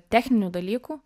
techninių dalykų